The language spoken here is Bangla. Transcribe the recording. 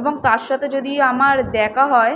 এবং তার সাথে যদি আমার দেখা হয়